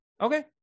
Okay